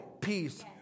peace